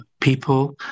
people